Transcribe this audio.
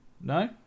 No